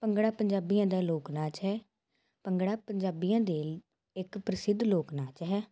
ਭੰਗੜਾ ਪੰਜਾਬੀਆਂ ਦਾ ਲੋਕ ਨਾਚ ਹੈ ਭੰਗੜਾ ਪੰਜਾਬੀਆਂ ਦੇ ਇੱਕ ਪ੍ਰਸਿੱਧ ਲੋਕ ਨਾਚ ਹੈ